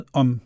om